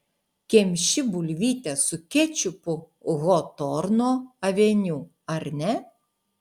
kemši bulvytes su kečupu hotorno aveniu ar ne